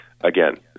again